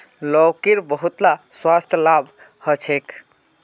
लौकीर बहुतला स्वास्थ्य लाभ ह छेक